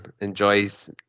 enjoys